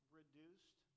reduced